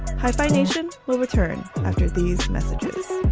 hi fi nation. we'll return after these messages